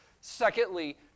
Secondly